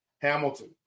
Hamilton